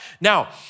Now